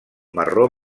marró